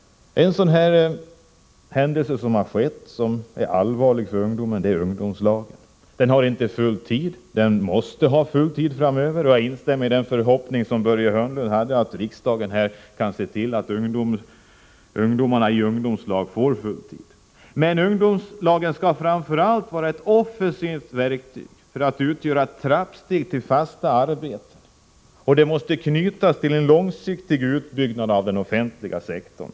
En allvarlig reform är den s.k. ungdomslagen. Den ger inte ungdomar full arbetstid, vilket den måste göra framöver. Jag instämmer i Börje Hörnlunds förhoppning att riksdagen skall se till att ungdomarna i ungdomslagen får sysselsättning på heltid. Ungdomslagen skall främst vara ett offensivt verktyg och utgöra ett trappsteg mot fasta arbeten. De måste knytas till en långsiktig utbyggnad av den offentliga sektorn.